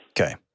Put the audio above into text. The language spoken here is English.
okay